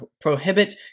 prohibit